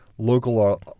Local